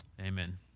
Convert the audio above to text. Amen